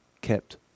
kept